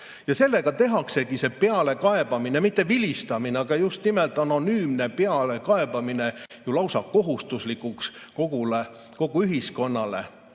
Sellega tehaksegi see pealekaebamine – mitte vilistamine, vaid just nimelt anonüümne pealekaebamine – lausa kohustuslikuks kogu ühiskonnale.